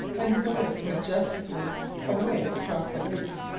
and soared majestically away across the lake.